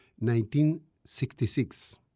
1966